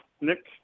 Nick